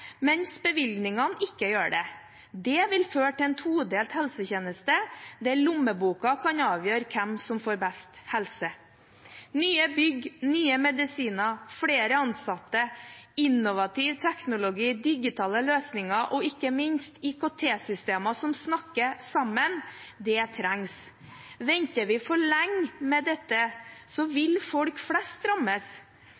mens bevilgningene ikke gjør det. Det vil føre til en todelt helsetjeneste, der lommeboka kan avgjøre hvem som får best helse. Nye bygg, nye medisiner, flere ansatte, innovativ teknologi, digitale løsninger og ikke minst IKT-systemer som snakker sammen, trengs. Venter vi for lenge med dette,